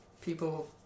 people